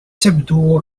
تبدو